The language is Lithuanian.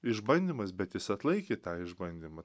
išbandymas bet jis atlaikė tą išbandymą